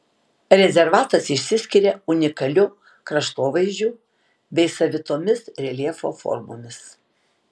rezervatas išsiskiria unikaliu kraštovaizdžiu bei savitomis reljefo formomis